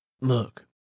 Look